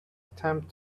attempt